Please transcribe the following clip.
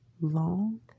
long